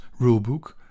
Rulebook